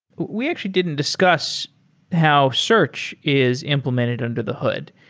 we actually didn't discuss how search is implemented under the hood.